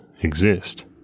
exist